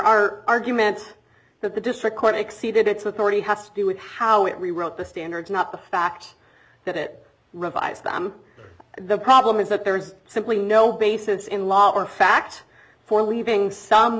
our argument that the district court exceeded its authority has to do with how it rewrote the standards not the fact that it revised the problem is that there is simply no basis in law or fact for leaving some